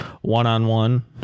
one-on-one